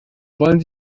wollen